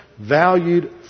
valued